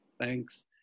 Thanks